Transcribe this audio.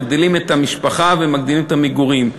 מגדילים את המשפחה ומגדילים את המגורים.